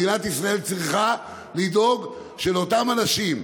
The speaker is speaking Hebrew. מדינת ישראל צריכה לדאוג שאותם אנשים,